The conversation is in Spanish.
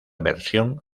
versión